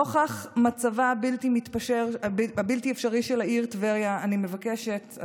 נוכח מצבה הבלתי-אפשרי של העיר טבריה אני מבקשת,